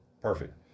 Perfect